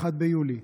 1 ביולי,